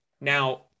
Now